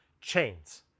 chains